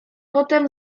potem